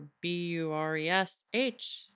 B-U-R-E-S-H